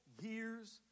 years